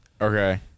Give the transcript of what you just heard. Okay